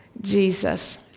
Jesus